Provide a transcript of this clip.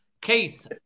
Keith